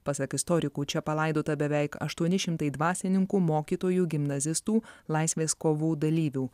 pasak istorikų čia palaidota beveik aštuoni šimtai dvasininkų mokytojų gimnazistų laisvės kovų dalyvių